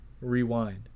rewind